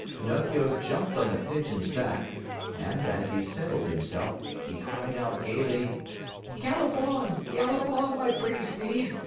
pinocchio jumped on the pigeon's back and, as he settled himself, he cried out gayly gallop on, gallop on, my pretty steed!